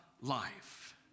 life